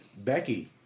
Becky